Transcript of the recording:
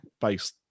based